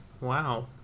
wow